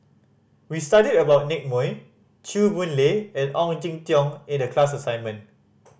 we studied about Nicky Moey Chew Boon Lay and Ong Jin Teong in the class assignment